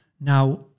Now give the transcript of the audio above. Now